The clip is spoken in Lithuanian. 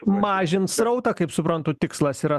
mažins srautą kaip suprantu tikslas yra